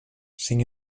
sin